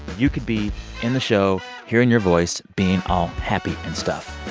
you could be in the show hearing your voice being all happy and stuff.